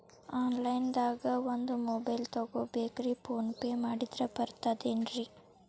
Online ದಾಗ ಒಂದ್ mobile ತಗೋಬೇಕ್ರಿ ಫೋನ್ ಪೇ ಮಾಡಿದ್ರ ಬರ್ತಾದೇನ್ರಿ?